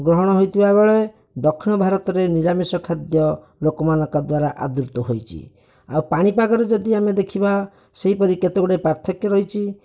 ଗ୍ରହଣ ହୋଇଥିବା ବେଳେ ଦକ୍ଷିଣ ଭାରତରେ ନିରାମିଷ ଖାଦ୍ୟ ଲୋକମାନଙ୍କ ଦ୍ୱାରା ଆଦୃତ ହୋଇଛି ଆଉ ପାଣି ପାଗର ଯଦି ଆମେ ଦେଖିବା ସେହିପରି କେତେ ଗୁଡ଼ିଏ ପାର୍ଥକ୍ୟ ରହିଛି